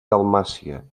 dalmàcia